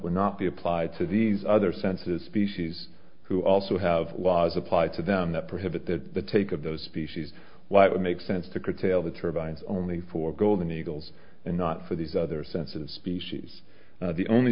would not be applied to these other senses species who also have laws applied to them that prohibit that the take of those species why it would make sense to curtail the turbines only for golden eagles and not for these other sensitive species the only